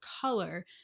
color